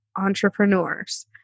entrepreneurs